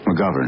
McGovern